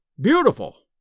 Beautiful